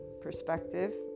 perspective